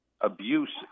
abuse